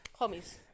Homies